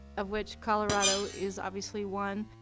of which colorado is obviously one.